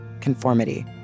conformity